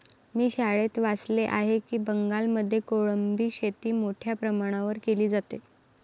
मी शाळेत वाचले आहे की बंगालमध्ये कोळंबी शेती मोठ्या प्रमाणावर केली जाते